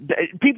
People